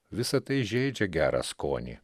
visa tai žeidžia gerą skonį